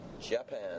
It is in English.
Japan